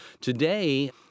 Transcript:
Today